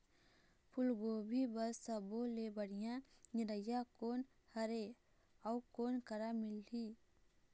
फूलगोभी बर सब्बो ले बढ़िया निरैया कोन हर ये अउ कोन करा मिलही?